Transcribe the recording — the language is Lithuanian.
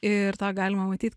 ir tą galima matyt